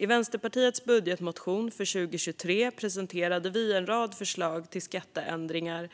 I vår budgetmotion för 2023 presenterade vi i Vänsterpartiet en rad förslag till skatteändringar